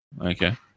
Okay